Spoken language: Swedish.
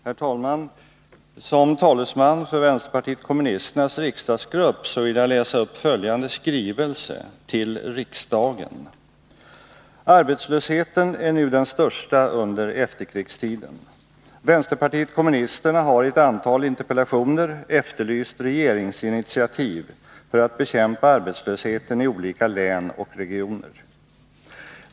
Herr talman! Som talesman för vänsterpartiet kommunisternas riksdagsgrupp vill jag läsa upp följande skrivelse till riksdagen: ”Arbetslösheten är nu den största under efterkrigstiden. Vänsterpartiet kommunisterna har i ett antal interpellationer efterlyst regeringsinitiativ för att bekämpa arbetslösheten i olika län och regioner.